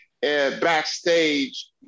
backstage